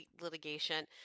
litigation